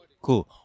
Cool